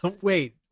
wait